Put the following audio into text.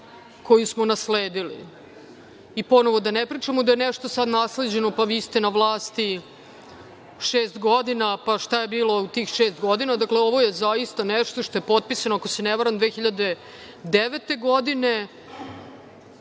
koju smo nasledili. Ponovo da ne pričamo da je nešto sada nasleđeno, pa vi ste na vlasti šest godina, pa šta je bilo u tih šest godina, dakle, ovo je zaista nešto što je potpisano, ako se ne varam 2009. godine.